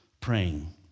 praying